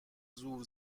زور